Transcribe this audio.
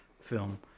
film